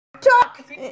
talk